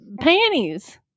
panties